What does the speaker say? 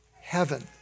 heaven